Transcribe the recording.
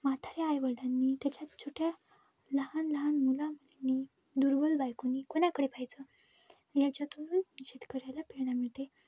म्हाताऱ्या आईवडिलांनी त्याच्यात छोट्या लहान लहान मुला मुलांनी दुर्बल बायकोनी कोणाकडे पहायचं याच्यातून शेतकऱ्यायला प्रेरणा मिळते